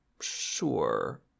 sure